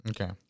okay